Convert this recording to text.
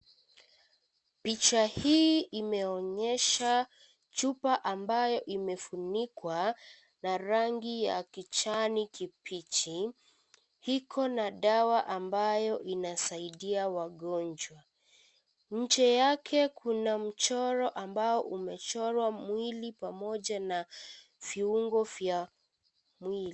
Picha hii imeonyesha chupa ambayo imefunikwa na rangi ya kijani kibichi. Hiko na dawa ambayo inasaidia wagonjwa. Nje yake kuna mchoro ambao umechorwa mwili pamoja na viungo vya mwili.